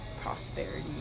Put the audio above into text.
prosperity